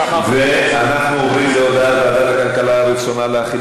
אנחנו עוברים להודעת ועדת הכלכלה על רצונה להחיל